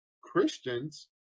christians